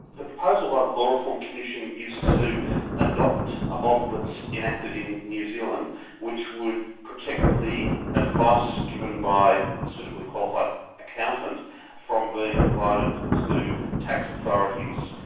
the proposal by the law reform commission is to adopt a model that's enacted in new zealand which would protect the advice given by a suitably qualified accountant from being provided to tax authorities.